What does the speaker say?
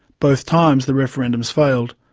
both times the referendums failed.